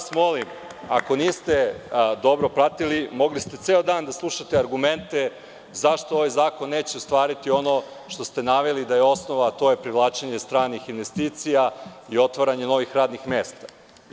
Molim vas, ako niste dobro pratili, mogli ste ceo dan da slušate argumente zašto ovaj zakon neće ostvariti ono što ste naveli da je osnova, a to je privlačenje stranih investicija i otvaranje novih radnih mesta.